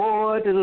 Lord